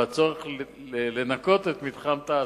והצורך לנקות את מתחם תע"ש,